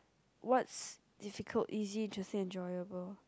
what's difficult easy to stay enjoyable